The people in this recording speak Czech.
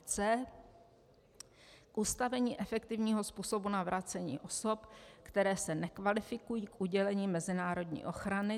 c) k ustavení efektivního způsobu navracení osob, které se nekvalifikují k udělení mezinárodní ochrany.